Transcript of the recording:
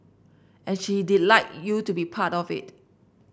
and she did like you to be part of it